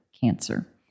Cancer